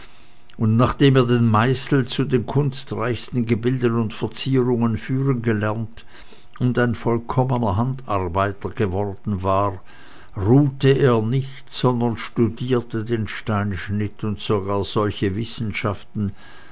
und nachdem er den meißel zu den kunstreichsten gebilden und verzierungen führen gelernt und ein vollkommener handarbeiter geworden war ruhte er nicht sondern studierte den steinschnitt und sogar solche wissenschaften